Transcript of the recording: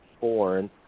Born